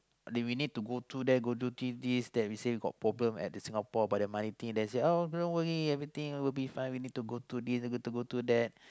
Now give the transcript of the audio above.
they may need to go through there go through this this then we say got problem at the Singapore about the money thing then say uh oh don't worry everything will be fine we need to go through this we need to go through that